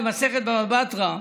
בגמרא, במסכת בבא בתרא,